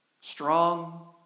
Strong